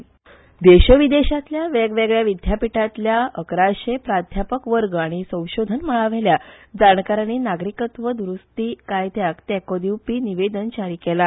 अकेडेमिशिया देशविदेशातल्या वेगवेगळ्या विद्यापीठातल्या अकराशे प्राद्यापक वर्ग आनी संशोधन मळावेल्या जाणकारानी नागरिकत्व द्रुस्ती कायद्याक तेको दिवपी निवेदन जारी केला